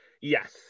yes